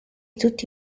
tutti